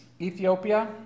Ethiopia